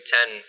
Ten